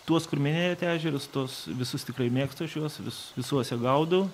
tuos kur minėjot ežeras tuos visus tikrai mėgstu aš juos visuose gaudau